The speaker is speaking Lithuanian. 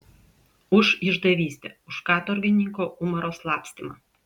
už išdavystę už katorgininko umaro slapstymą